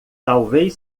talvez